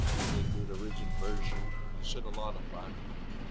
and then do the written version and i said a lot of blackfoot.